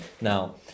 Now